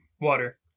water